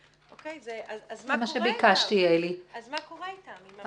אז מה קורה איתם.